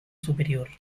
superior